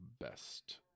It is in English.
best